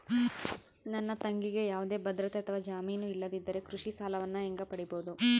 ನನ್ನ ತಂಗಿಗೆ ಯಾವುದೇ ಭದ್ರತೆ ಅಥವಾ ಜಾಮೇನು ಇಲ್ಲದಿದ್ದರೆ ಕೃಷಿ ಸಾಲವನ್ನು ಹೆಂಗ ಪಡಿಬಹುದು?